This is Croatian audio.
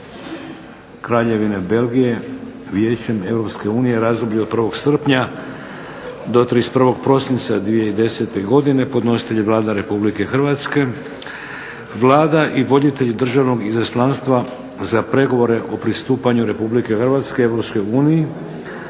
Kraljevine Belgije Vijećem Europske unije (Razdoblje od 1. srpnja do 31. prosinca 2010. godine) Podnositelj Vlada Republike Hrvatske. Vlada i voditelji Državnog izaslanstva za pregovore o pristupanju Republike Hrvatske